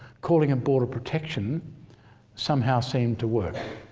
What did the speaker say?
calling it border protection somehow seemed to work.